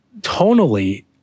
tonally